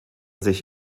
sich